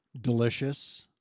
delicious